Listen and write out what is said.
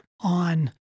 on